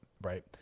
Right